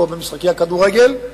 כמו במשחקי הכדורגל,